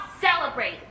celebrate